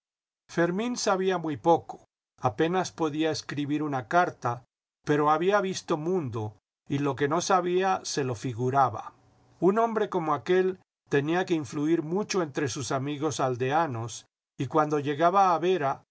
fermín sabía muy poco apenas podía escribir una carta pero había visto mundo y lo que no sabía se lo figuraba un hombre como aquél tenía que influir mucho entre sus amigos aldeanos y cuando llegaba a vera